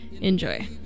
Enjoy